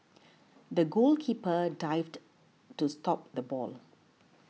the goalkeeper dived to stop the ball